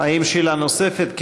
האם יש שאלה נוספת?